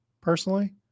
personally